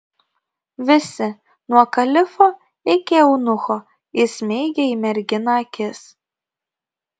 visi nuo kalifo iki eunucho įsmeigė į merginą akis